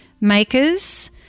makers